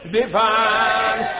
divine